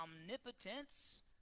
omnipotence